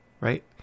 right